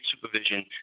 supervision